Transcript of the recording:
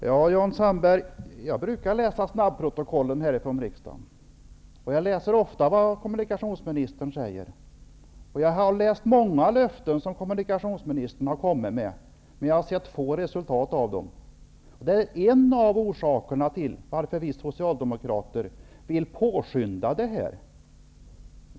Herr talman! Jag brukar, Jan Sandberg, läsa snabbprotokollen från kammaren, och jag läser ofta vad kommunikationsministern säger. Jag har läst om många löften som kommunikationsministern har kommit med, men jag har sett få resultat av dem. Det är en av orsakerna till att vi socialdemokrater vill påskynda arbetet.